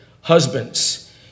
husbands